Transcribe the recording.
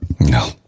No